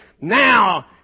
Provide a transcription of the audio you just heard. Now